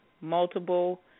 multiple